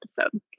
episode